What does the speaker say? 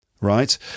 right